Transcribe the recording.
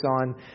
on